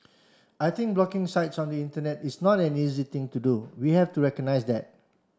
I think blocking sites on the Internet is not an easy thing to do we have to recognize that